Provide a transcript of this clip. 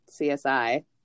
CSI